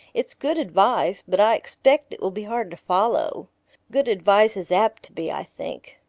it's good advice, but i expect it will be hard to follow good advice is apt to be, i think.